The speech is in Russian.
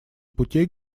путей